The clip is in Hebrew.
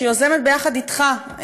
שיוזמת יחד אתך,